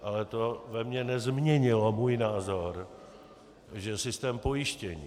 Ale to ve mně nezměnilo můj názor, že systém pojištění...